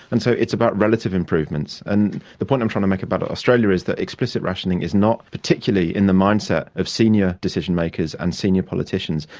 and so it's about relative improvements. and the point i'm trying to make about australia is that explicit rationing is not particularly in the mindset of senior decision makers and senior politicians.